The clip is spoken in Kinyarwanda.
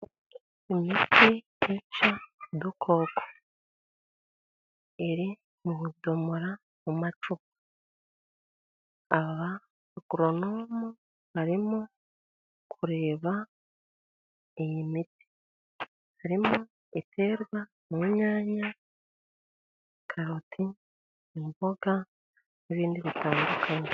Mu miti yica udukoko iri mu budomora, mu macupa, abagoronomu barimo kureba iyi miti. Harimo iterwa mu nyanya, karoti, imboga, n'ibindi bitandukanye.